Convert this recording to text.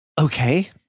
Okay